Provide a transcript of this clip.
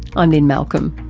i'm lynne malcolm.